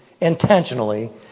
intentionally